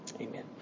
Amen